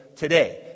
Today